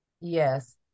Yes